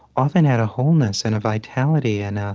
often had a wholeness and a vitality and